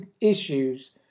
issues